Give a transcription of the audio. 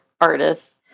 artists